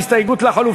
קבוצת סיעת קדימה,